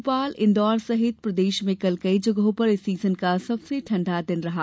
भोपाल इन्दौर सहित प्रदेश में कल कई जगहों पर इस सीजन का सबसे ठंडा दिन रहा